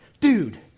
Dude